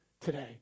today